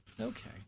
Okay